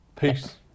Peace